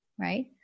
right